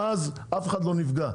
ואז אף אחד לא נפגע.